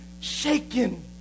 shaken